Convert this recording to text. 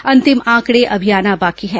अंतिम आंकड़े अभी आना बाकी है